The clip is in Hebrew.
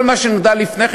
לגבי כל מה שנודע לפני כן,